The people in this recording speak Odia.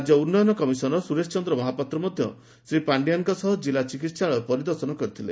ରାକ୍ୟ ଉନ୍ନୟନ କମିଶନର ସ୍ବରେଶ ମହାପାତ୍ର ମଧ୍ୟ ଶ୍ରୀ ପାଣ୍ଡିଆନ୍ଙ୍କ ସହ ଜିଲ୍ଲା ଚିକିହାଳୟ ପରିଦର୍ଶନ କରିଥିଲେ